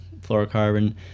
fluorocarbon